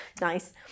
Nice